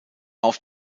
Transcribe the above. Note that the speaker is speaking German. auf